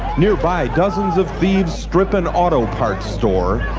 nearby, dozens of thieves strip an auto parts store.